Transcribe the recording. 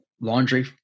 laundry